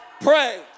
Pray